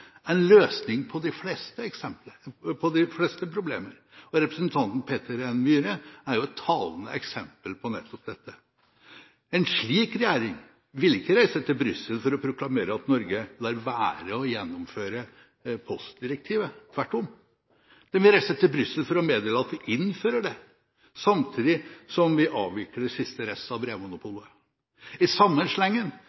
på de fleste problemer. Representanten Peter N. Myhre er et talende eksempel på nettopp dette. En slik regjering vil ikke reise til Brussel for å proklamere at Norge lar være å gjennomføre postdirektivet – tvert om. Den vil reise til Brussel for å meddele at vi innfører det, samtidig som vi avvikler siste rest av